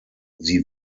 sie